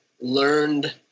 learned